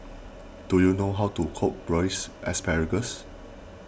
do you know how to cook Braised Asparagus